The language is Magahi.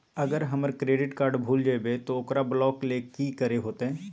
अगर हमर क्रेडिट कार्ड भूल जइबे तो ओकरा ब्लॉक लें कि करे होते?